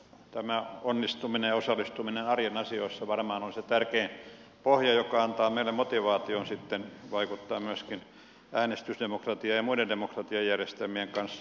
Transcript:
tämä onnistuminen ja osallistuminen arjen asioissa varmaan on se tärkein pohja joka antaa meille motivaation sitten vaikuttaa myöskin äänestysdemokratian ja muiden demokratiajärjestelmien kanssa